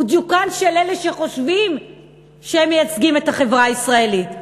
הוא דיוקן של אלה שחושבים שהם מייצגים את החברה הישראלית.